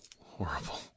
horrible